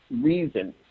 reason